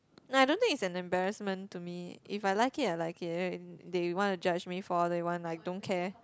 no I don't think it's an embarrassment to me if I like it I like it they wanna judge me for all they want I don't care